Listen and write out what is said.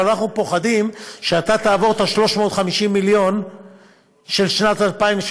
אבל אנחנו פוחדים שאתה תעבור את ה-350 מיליון של שנת 2017,